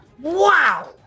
Wow